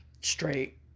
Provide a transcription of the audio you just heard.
straight